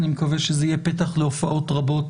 אני מקווה שזה יהיה פתח להופעות רבות